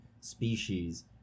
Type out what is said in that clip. species